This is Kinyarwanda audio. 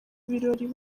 birori